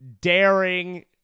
daring